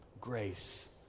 grace